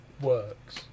works